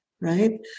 right